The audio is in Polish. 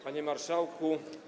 Panie Marszałku!